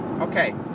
Okay